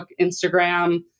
Instagram